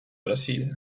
brasil